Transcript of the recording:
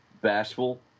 bashful